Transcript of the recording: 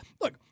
look